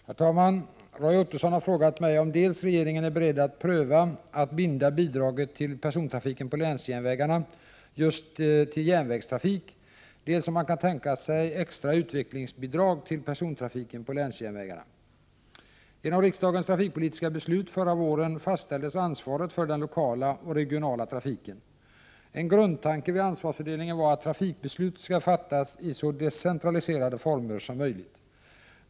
Herr talman! Roy Ottosson har frågat mig dels om regeringen är beredd att pröva att binda bidraget till persontrafiken på länsjärnvägarna till just järnvägstrafik, dels om man kan tänka sig extra utvecklingsbidrag till persontrafiken på länsjärnvägarna. Genom riksdagens trafikpolitiska beslut förra våren fastställdes ansvaret för den lokala och regionala trafiken. En grundtanke vid ansvarsfördelningen var att trafikbeslut skall fattas i så decentraliserade former som möjligt.